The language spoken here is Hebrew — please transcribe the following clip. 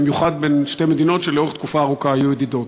במיוחד בין שתי מדינות שלאורך תקופה ארוכה היו ידידות.